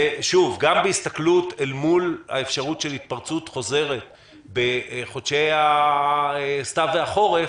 גם בהסתכלות של התפרצות חוזרת בחודשי הסתיו והחורף,